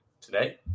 Today